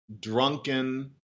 drunken